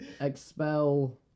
expel